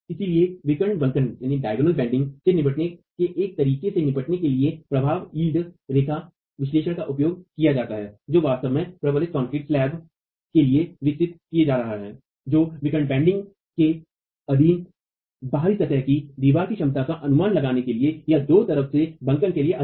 इसलिए विकर्ण बंकन से निपटने के एक तरीके से निपटने के लिए पराभव रेखा विश्लेषण का उपयोग किया गया है जो वास्तव में प्रबलित कंक्रीट स्लैब के लिए विकसित किया जा रहा है जो विकर्ण बंकन के अधीन बाहरी सतह की दीवारों की क्षमता का अनुमान लगाने के लिए या दो तरह से बंकन के लिए अधीन